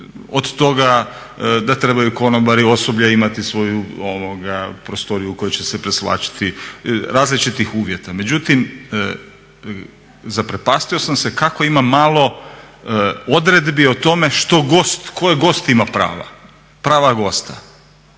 Od toga da trebaju konobari, osoblje imati svoju prostoriju u kojoj će se presvlačiti različitih uvjeta. Međutim, zaprepastio sam se kako ima malo odredbi o tome što gost, koja gost ima prava, prava gosta.